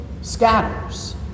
scatters